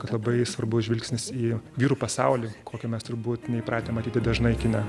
kad labai svarbu žvilgsnis į vyrų pasaulį kokio mes turbūt neįpratę matyti dažnai kine